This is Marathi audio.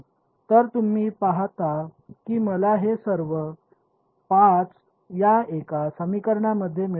तर तुम्ही पाहता की मला हे सर्व 5 या एका समीकरणामध्ये मिळाले नाही